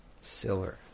Silver